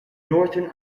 northern